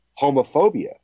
homophobia